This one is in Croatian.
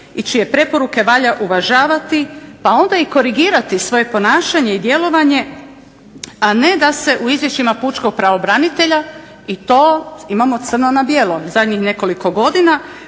i čije preporuke valja uvažavati, pa onda i korigirati svoje ponašanje i djelovanje, a ne da se u izvješćima pučkog pravobranitelja i to imamo crno na bijelo zadnjih nekoliko godina